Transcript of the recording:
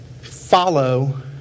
Follow